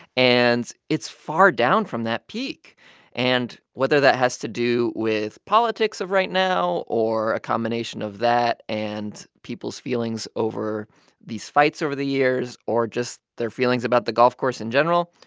and it's far down from that peak and whether that has to do with politics of right now, or a combination of that and people's feelings over these fights over the years or just their feelings about the golf course in general,